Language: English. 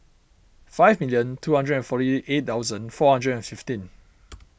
five million two hundred and forty eight thousand four hundred and fifteen